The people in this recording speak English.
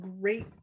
great